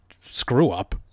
screw-up